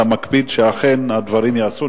אתה מקפיד שאכן הדברים ייעשו.